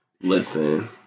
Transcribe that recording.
Listen